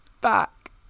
back